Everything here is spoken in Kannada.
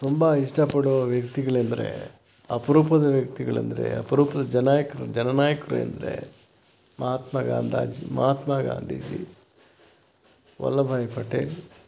ತುಂಬಾ ಇಷ್ಟಪಡುವ ವ್ಯಕ್ತಿಗಳೆಂದರೆ ಅಪರೂಪದ ವ್ಯಕ್ತಿಗಳೆಂದರೆ ಅಪರೂಪದ ಜನಾಯಕ್ರು ಜನ ನಾಯಕರು ಎಂದರೆ ಮಹಾತ್ಮ ಗಾಂಧೀಜಿ ಮಹಾತ್ಮ ಗಾಂಧೀ ಜಿ ವಲ್ಲಭಾಯ್ ಪಟೇಲ್